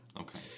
Okay